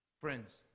Friends